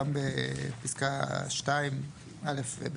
גם בפסקה 2(א) ו-(ב).